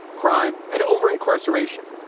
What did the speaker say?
crime and overincarceration,